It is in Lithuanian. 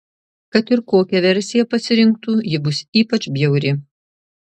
kad ir kokią versiją pasirinktų ji bus ypač bjauri